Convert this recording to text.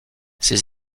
ses